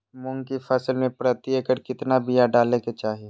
मूंग की फसल में प्रति एकड़ कितना बिया डाले के चाही?